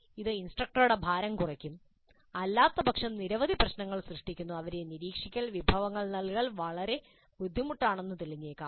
ഇത് ഇൻസ്ട്രക്ടറുടെ ഭാരം കുറയ്ക്കും അല്ലാത്തപക്ഷം നിരവധി പ്രശ്നങ്ങൾ സൃഷ്ടിക്കുന്നു അവരെ നിരീക്ഷിക്കൽ വിഭവങ്ങൾ നൽകൽ വളരെ ബുദ്ധിമുട്ടാണെന്ന് തെളിഞ്ഞേക്കാം